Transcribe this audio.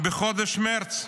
בחודש מרץ,